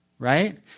right